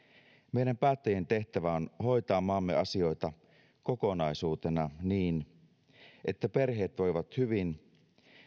meidän päättäjien tehtävä on hoitaa maamme asioita kokonaisuutena niin että perheet voivat hyvin